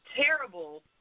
terrible